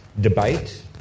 debate